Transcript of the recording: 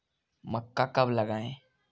मक्का कब लगाएँ?